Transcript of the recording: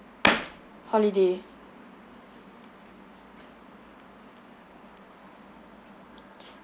holiday